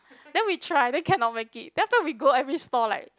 then we try then cannot make it then after we go every stall like